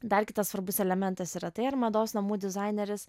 dar kitas svarbus elementas yra tai ar mados namų dizaineris